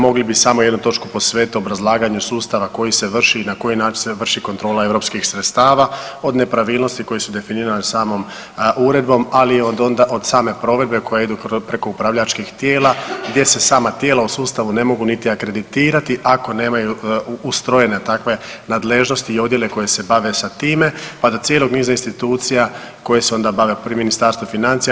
Mogli bi samo jednu točku o obrazlaganju sustava koji se vrši i na koji način se vrši kontrola europskih sredstava od nepravilnosti koje su definirane samom uredbom, ali i od same provedbe koja ide preko upravljačkih tijela gdje se sama tijela u sustavu ne mogu niti akreditirati ako nemaju ustrojene takve nadležnosti i odjele koji se bave sa time, pa do cijelog niza institucija koje se onda bave pri Ministarstvu financija.